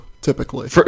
typically